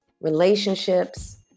relationships